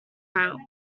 route